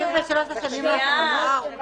20 בשלוש השנים האחרונות?